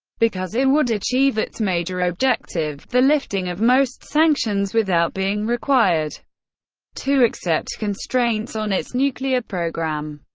because it would achieve its major objective the lifting of most sanctions without being required to accept constraints on its nuclear program.